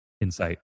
insight